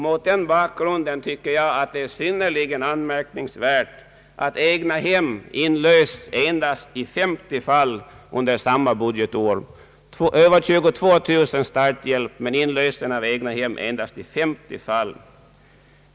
Mot denna bakgrund tycker jag att det är synnerligen anmärkningsvärt att egnahem har inlösts endast i 50 fall under samma budgetår — starthjälp i över 22 000 fall, men inlösen av egnahem endast i 50 fall.